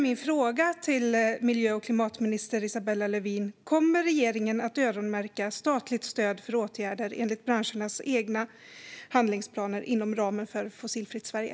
Min fråga till miljö och klimatminister Isabella Lövin är: Kommer regeringen att öronmärka statligt stöd för åtgärder enligt branschernas egna handlingsplaner inom ramen för Fossilfritt Sverige?